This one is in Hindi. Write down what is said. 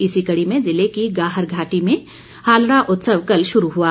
इसी कड़ी में जिले की गाहर घाटी में हालड़ा उत्सव कल शुरू हुआ